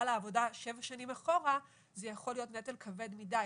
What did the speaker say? לעבודה שבע שנים אחורה זה יכול להיות נטל כבד מדי,